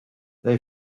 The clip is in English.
they